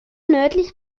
nördlich